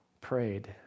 prayed